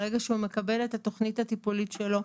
כשהוא מקבל את התוכנית הטיפולית שלו,